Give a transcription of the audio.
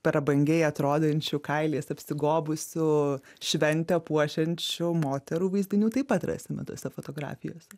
prabangiai atrodančių kailiais apsigobusių šventę puošiančių moterų vaizdinių taip pat rasime tose fotografijose